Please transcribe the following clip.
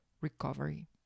recovery